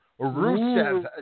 Rusev